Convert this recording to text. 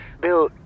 Bill